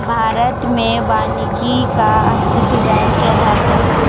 भारत में वानिकी का अस्तित्व वैन के आधार पर है